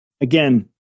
again